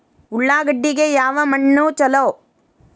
ಉಳ್ಳಾಗಡ್ಡಿಗೆ ಯಾವ ಮಣ್ಣು ಛಲೋ?